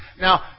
Now